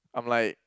I'm like